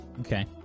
Okay